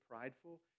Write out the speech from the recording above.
prideful